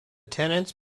tenants